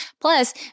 Plus